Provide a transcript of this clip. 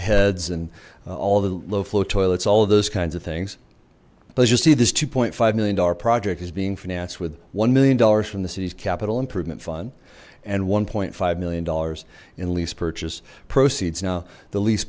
heads and all the low flow toilets all of those kinds of things but as you'll see this two point five million dollar project is being financed with one million dollars from the city's capital improvement fund and one five million dollars in lease purchase proceeds now the leas